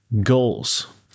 goals